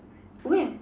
where